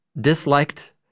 disliked